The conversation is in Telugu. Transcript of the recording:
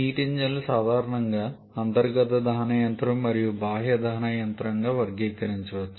హీట్ ఇంజన్లను సాధారణంగా అంతర్గత దహన యంత్రం మరియు బాహ్య దహన యంత్రంగా వర్గీకరించవచ్చు